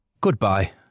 Goodbye